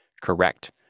Correct